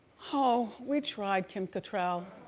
oh, we tried kim cattrall.